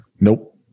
Nope